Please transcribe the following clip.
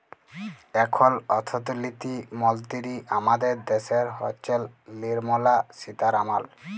এখল অথ্থলিতি মলতিরি আমাদের দ্যাশের হচ্ছেল লির্মলা সীতারামাল